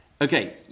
okay